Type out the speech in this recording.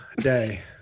day